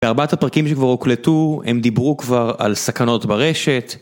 בארבעת הפרקים שכבר הוקלטו, הם דיברו כבר על סכנות ברשת.